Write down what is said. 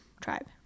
tribe